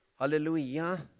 Hallelujah